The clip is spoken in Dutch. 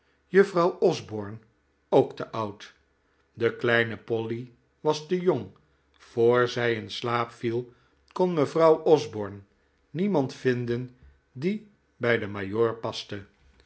juffrouw osborne ook te oud de kleine pol'y was te ong voor zij in slaap viel kon mevrouw osborne niemand vinden die bij den majoor paste